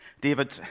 David